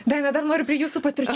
daiva dar noriu prie jūsų patirčių